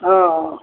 ಹಾಂ ಹಾಂ